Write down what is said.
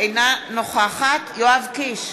אינה נוכחת יואב קיש,